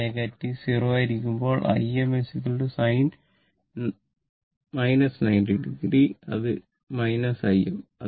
ω t 0 ആയിരിക്കുമ്പോൾ Im sin 90o so Im